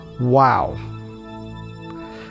Wow